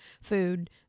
food